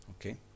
Okay